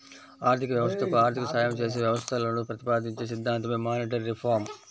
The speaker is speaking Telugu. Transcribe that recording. ఆర్థిక వ్యవస్థకు ఆర్థిక సాయం చేసే వ్యవస్థలను ప్రతిపాదించే సిద్ధాంతమే మానిటరీ రిఫార్మ్